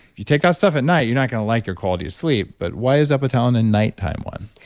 you take that stuff at night, you're not going to like your quality of sleep but why is epitalon a night-time one?